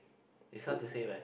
is hard to say what